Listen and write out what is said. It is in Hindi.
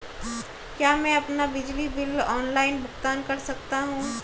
क्या मैं अपना बिजली बिल ऑनलाइन भुगतान कर सकता हूँ?